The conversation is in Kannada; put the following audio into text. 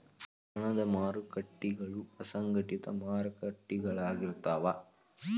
ಹಣದ ಮಾರಕಟ್ಟಿಗಳ ಅಸಂಘಟಿತ ಮಾರಕಟ್ಟಿಗಳಾಗಿರ್ತಾವ